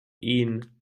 ehen